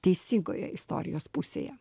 teisingoje istorijos pusėje